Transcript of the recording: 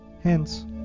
Hence